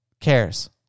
cares